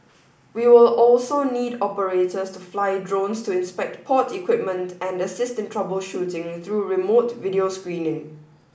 we will also need operators to fly drones to inspect port equipment and assist in troubleshooting through remote video screening